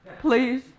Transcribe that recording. Please